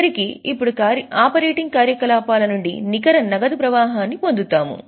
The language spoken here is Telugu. చివరికి ఇప్పుడు ఆపరేటింగ్ కార్యకలాపాల నుండి నికర నగదు ప్రవాహాన్ని పొందుతాము